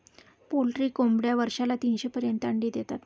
poultry कोंबड्या वर्षाला तीनशे पर्यंत अंडी देतात